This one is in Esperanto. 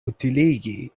utiligi